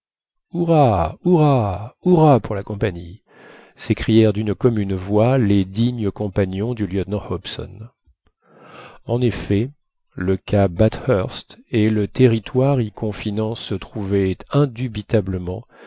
pour la compagnie s'écrièrent d'une commune voix les dignes compagnons du lieutenant hobson en effet le cap bathurst et le territoire y confinant se trouvaient indubitablement